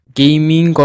gaming